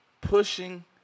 pushing